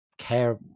care